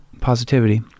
Positivity